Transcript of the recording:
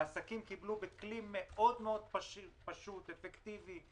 העסקים קיבלו בכלי מאוד מאוד פשוט ואפקטיבי,